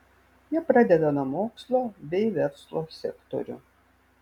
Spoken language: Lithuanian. jie pradeda nuo mokslo bei verslo sektorių